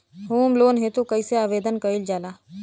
Home loan हेतु कइसे आवेदन कइल जाला?